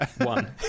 One